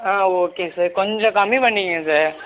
ஆ okay sir கொஞ்சம் கம்மி பண்ணிக்கங்க சார்